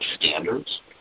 Standards